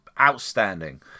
outstanding